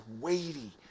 weighty